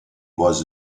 was